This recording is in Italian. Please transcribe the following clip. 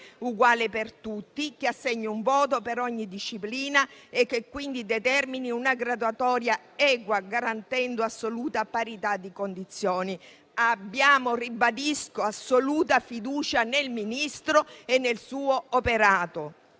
uguale per tutti, che assegni un voto per ogni disciplina e quindi determini una graduatoria equa, garantendo assoluta parità di condizioni. Ribadisco che abbiamo assoluta fiducia nel Ministro e nel suo operato.